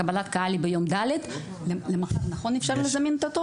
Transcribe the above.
קבלת הקהל היא ביום ד' ואפשר לזמן את התור.